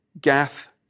Gath